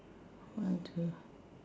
okay